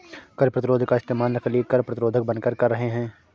कर प्रतिरोध का इस्तेमाल नकली कर प्रतिरोधक बनकर कर रहे हैं